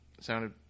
sounded